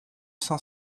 cinq